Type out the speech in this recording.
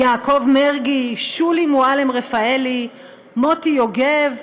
יעקב מרגי, שולי מועלם-רפאלי, מוטי יוגב,